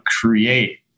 create